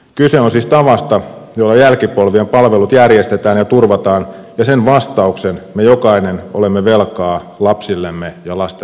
kyse on siis tavasta jolla jälkipolvien palvelut järjestetään ja turvataan ja sen vastauksen me jokainen olemme velkaa lapsillemme ja lastenlapsillemme